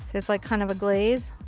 it's like kind of a glaze.